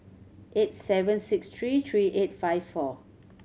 eight seven six three three eight five four